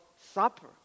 Supper